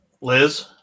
Liz